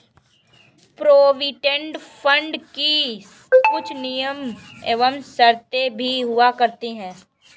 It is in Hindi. प्रोविडेंट फंड की कुछ नियम एवं शर्तें भी हुआ करती हैं